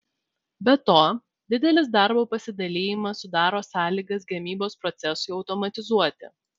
be to didelis darbo pasidalijimas sudaro sąlygas gamybos procesui automatizuoti